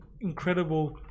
incredible